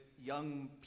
young